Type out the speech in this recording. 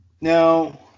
now